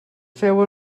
feu